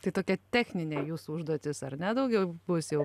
tai tokia techninė jūsų užduotis ar ne daugiau bus jau